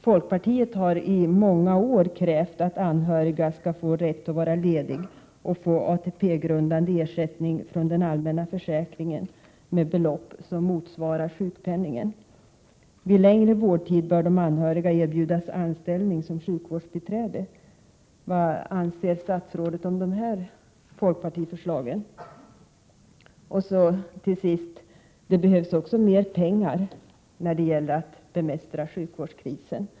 Folkpartiet har i många år krävt att anhöriga skall få både rätt att vara lediga och ATP-grundande ersättning från den allmänna försäkringen med belopp som motsvarar sjukpenningen. Vid längre vårdtid bör de anhöriga erbjudas anställning som sjukvårdsbiträde. Vad anser statsrådet om de här folkpartiförslagen? Så till sist: Det behövs också mer pengar när det gäller att bemästra sjukvårdskrisen.